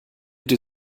die